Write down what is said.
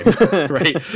Right